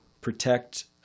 protect